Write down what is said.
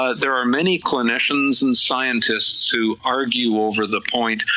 ah there are many clinicians and scientists who argue over the point,